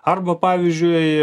arba pavyzdžiui